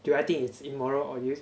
do I think it's immoral do you